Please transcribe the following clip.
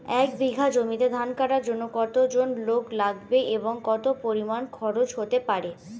এক বিঘা জমিতে ধান কাটার জন্য কতজন লোক লাগবে এবং কত পরিমান খরচ হতে পারে?